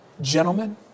gentlemen